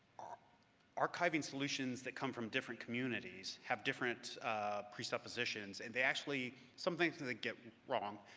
ah archiving solutions that come from different communities have different presuppositions, and they actually some things and they get wrong,